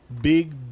Big